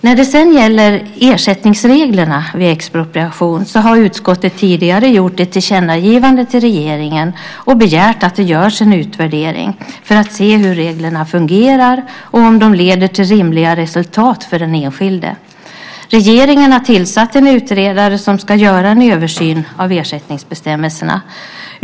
När det sedan gäller ersättningsreglerna vid expropriation har utskottet tidigare gjort ett tillkännagivande till regeringen och begärt att det görs en utvärdering för att se hur reglerna fungerar och om de leder till rimliga resultat för den enskilde. Regeringen har tillsatt en utredare som ska göra en översyn av ersättningsbestämmelserna.